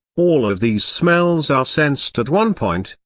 all of these smells are sensed at one point,